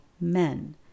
men